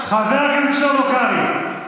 חבר הכנסת שלמה קרעי.